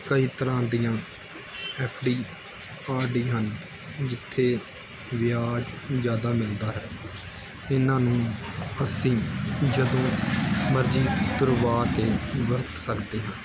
ਕਈ ਤਰ੍ਹਾਂ ਦੀਆਂ ਐੱਫ ਡੀ ਆਰ ਡੀ ਹਨ ਜਿੱਥੇ ਵਿਆਜ ਜ਼ਿਆਦਾ ਮਿਲਦਾ ਹੈ ਇਨ੍ਹਾਂ ਨੂੰ ਅਸੀਂ ਜਦੋਂ ਮਰਜ਼ੀ ਤੁੜਵਾ ਕੇ ਵਰਤ ਸਕਦੇ ਹਾਂ